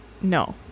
no